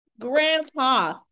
Grandpa